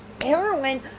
heroin